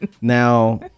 Now